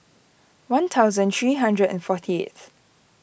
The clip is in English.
one thousand three hundred and forty eighth